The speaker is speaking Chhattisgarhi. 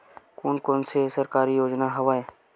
कोन कोन से सरकारी योजना हवय?